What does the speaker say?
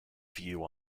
view